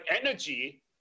energy